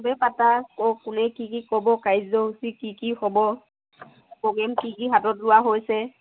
চবেই পাতা ক কোনে কি কি ক'ব কাৰ্যসূচী কি কি হ'ব প্ৰগ্ৰেম কি কি হাতত লোৱা হৈছে